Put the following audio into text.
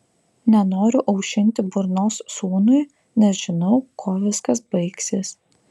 nenoriu aušinti burnos sūnui nes žinau kuo viskas baigsis